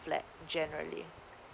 flat generally